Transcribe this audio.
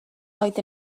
oedd